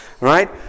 Right